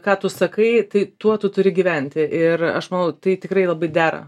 ką tu sakai tai tuo tu turi gyventi ir aš manau tai tikrai labai dera